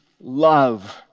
love